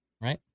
right